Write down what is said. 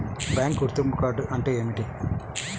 Bank గుర్తింపు card అంటే ఏమిటి?